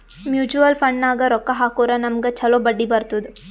mutual ಫಂಡ್ನಾಗ್ ರೊಕ್ಕಾ ಹಾಕುರ್ ನಮ್ಗ್ ಛಲೋ ಬಡ್ಡಿ ಬರ್ತುದ್